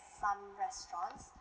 some restaurants